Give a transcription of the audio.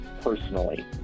personally